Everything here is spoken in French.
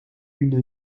une